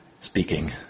speaking